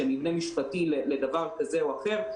שהיא מבנה משפטי לדבר כזה או אחר.